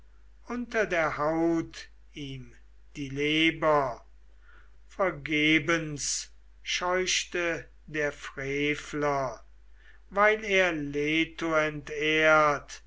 unter der haut ihm die leber vergebens scheuchte der frevler weil er leto entehrt